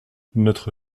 notre